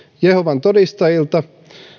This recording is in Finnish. jehovan todistajilta